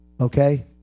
Okay